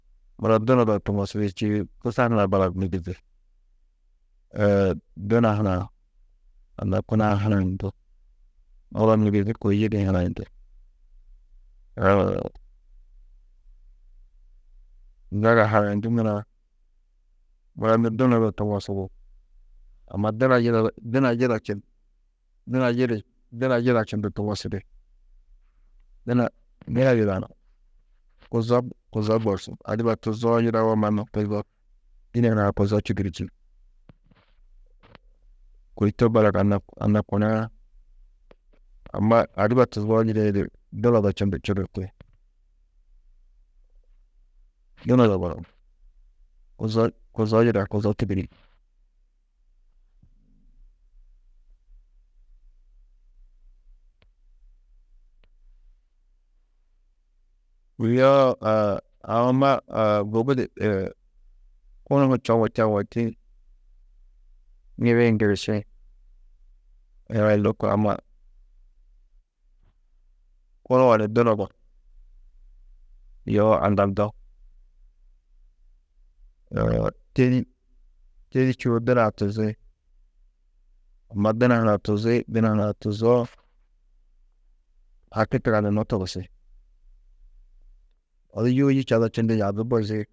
Muro dunodo di tuŋosidi čîidi kusar hunã balak migizi, duna hunã anna kuna-ã hanayundú, muro migizi kôi yidĩ hanayundú, zaga hanayundú nurã, muro dunodo di tuŋosidi čîidi kusar hunã balak migizi, duna hunã anna kuna-ã hanayundú, muro migizi kôi yidĩ hanayundú, zaga hanayundú nurã, muro nû dunodo tuŋosudi, amma duna yidado, duna yida či, duna yidĩ, duna yida čundu tuŋosidi duna yidanú, kuzo, kuzo borsu adiba tuzoo yidawo, mannu dîne hunã kuzo čudurî čî, kôi tobalak anna, anna kuna-ã amma adiba tuzoo yidĩ di dunodo čundu čudurti, dunodo gunú, kuzo, kuzo yida, kuzo yoo aũ, amma gubudi kunu čoŋu tewo teî, ŋibi-ĩ ŋgiriši-ĩ lôko amma kunuo ni dunodo, yo aŋgaldo tedî, tedî čûwo duna-ã tuzi, amma duna hunã tuzi, duna hunã tuzoo, haki tuganunnó togusi, odu yûoyi čado čindi yaabi bozi.